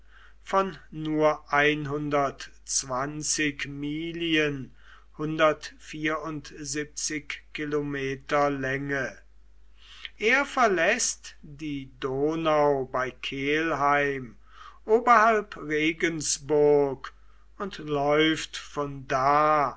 von nur ein kilometer länge er verläßt die donau bei kelheim oberhalb regensburg und läuft von da